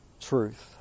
truth